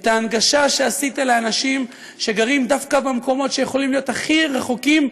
את ההנגשה שעשית לאנשים שגרים דווקא במקומות שיכולים להיות הכי רחוקים,